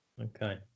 Okay